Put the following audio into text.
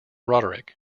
roderick